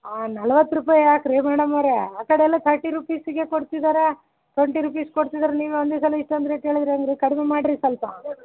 ಆಂ ನಲ್ವತ್ತು ರೂಪಾಯಿ ಯಾಕೆ ರೀ ಮೇಡಮ್ಮೋರೆ ಆ ಕಡೆಯೆಲ್ಲ ತರ್ಟಿ ರುಪೀಸಿಗೆ ಕೊಡ್ತಿದ್ದಾರೆ ಟ್ವೆಂಟಿ ರುಪೀಸ್ ಕೊಡ್ತಿದಾರೆ ನೀವು ಒಂದೇ ಸಲ ಇಷ್ಟೊಂದು ರೇಟ್ ಹೇಳಿದ್ರ್ ಹೆಂಗೆ ರೀ ಕಡ್ಮೆ ಮಾಡಿರಿ ಸ್ವಲ್ಪ